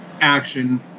action